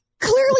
Clearly